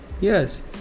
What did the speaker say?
Yes